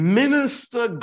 minister